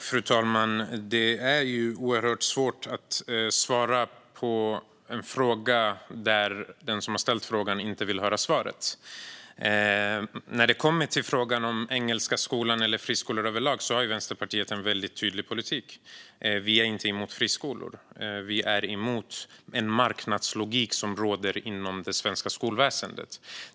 Fru talman! Det är oerhört svårt att svara på en fråga när den som har ställt frågan inte vill höra svaret. När det kommer till frågan om Engelska Skolan eller friskolor överlag har Vänsterpartiet en väldigt tydlig politik: Vi är inte emot friskolor. Vi är emot den marknadslogik som råder inom det svenska skolväsendet.